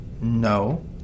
No